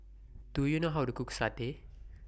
Do YOU know How to Cook Satay